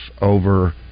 over